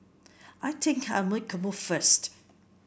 I think I'll make a move first